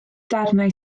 darnau